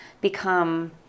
become